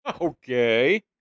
Okay